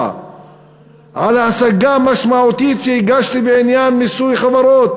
על השגה משמעותית שהגשתי בעניין מיסוי חברות,